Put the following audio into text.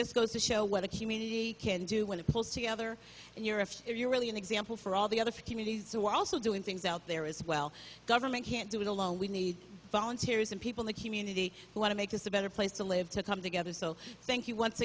just goes to show what the community can do when it pulls together and you're if you're really an example for all the other committees who were also doing things out there as well government can't do it alone we need volunteers and people the community who want to make this a better place to live to come together so thank you once